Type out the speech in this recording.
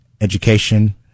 education